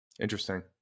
Interesting